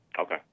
Okay